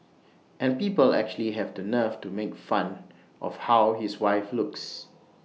and people actually have the nerve to make fun of how his wife looks